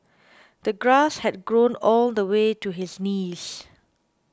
the grass had grown all the way to his knees